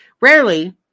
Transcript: Rarely